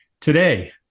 Today